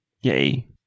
yay